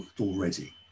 already